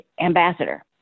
ambassador